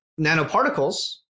nanoparticles